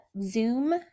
zoom